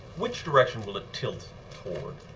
which direction will it tilt toward?